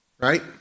Right